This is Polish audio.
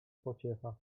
pociecha